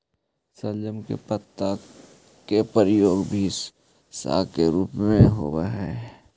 शलजम के पत्ता के प्रयोग भी साग के रूप में होव हई